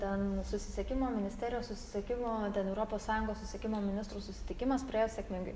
ten susisiekimo ministerijos susisiekimo ten europos sąjungos susiekimo ministrų susitikimas praėjo